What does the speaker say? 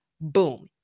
Boom